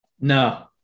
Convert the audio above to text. No